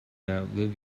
outlive